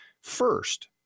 first